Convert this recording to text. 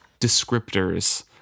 descriptors